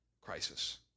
crisis